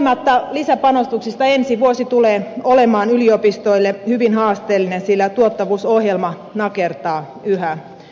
huolimatta lisäpanostuksista ensi vuosi tulee olemaan yliopistoille hyvin haasteellinen sillä tuottavuusohjelma nakertaa yhä